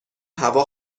هوا